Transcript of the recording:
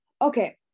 Okay